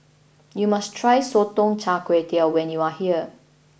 you must try Sotong Char Kway when you are here